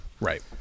Right